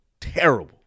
terrible